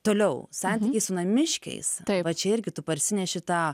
toliau santykiai su namiškiais va čia irgi tu parsineši tą